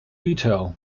leto